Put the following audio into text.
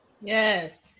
yes